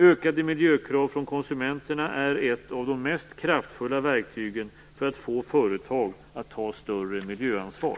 Ökade miljökrav från konsumenterna är ett av de mest kraftfulla verktygen för att få företag att ta ett större miljöansvar.